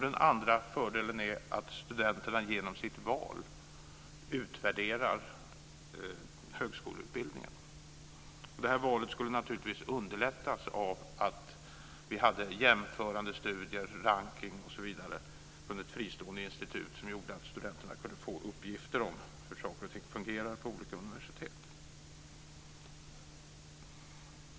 Den andra fördelen är att studenterna genom sitt val utvärderar högskoleutbildningen. Det här valet skulle naturligtvis underlättas av att det fanns jämförande studier, rankning osv. från ett fristående institut som gjorde att studenterna kunde få uppgifter om hur saker och ting fungerar på olika universitet.